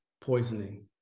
poisoning